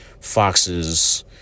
foxes